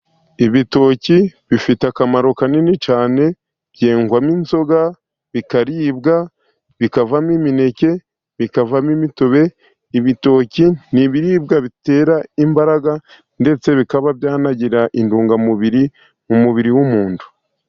Ibitoki bifite akamaro kanini cyane byegwamo inzoga, bikaribwa, bikavamo, imineke, bikavamo imitobe. Ibitoki ni ibiribwa bitera imbaraga ndetse bikaba byanagira intungamubiri mu mubiri w'umuntu.